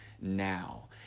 now